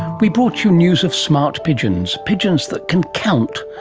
we brought you news of smart pigeons, pigeons that can count,